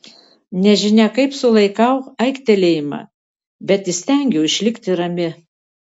nežinia kaip sulaikau aiktelėjimą bet įstengiu išlikti rami